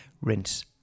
rinse